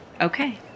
Okay